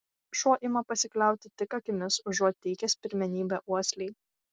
šuo ima pasikliauti tik akimis užuot teikęs pirmenybę uoslei